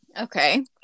Okay